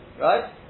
right